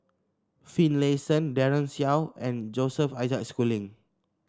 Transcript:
Finlayson Daren Shiau and Joseph Isaac Schooling